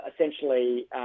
essentially